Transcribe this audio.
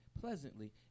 pleasantly